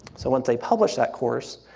so once they publish that course,